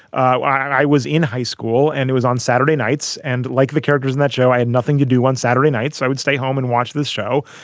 i was in high school and it was on saturday nights. and like the characters in that show, i had nothing to do on saturday nights. i would stay home and watch this show.